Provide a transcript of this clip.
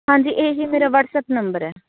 ਹਾਂਜੀ ਇਹੀ ਮੇਰਾ ਵਟਸਐਪ ਨੰਬਰ ਹੈ